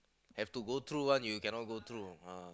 have to go through one you cannot go through ah